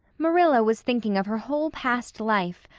marilla was thinking of her whole past life,